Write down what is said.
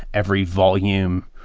every volume,